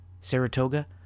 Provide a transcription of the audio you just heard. Saratoga